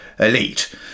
elite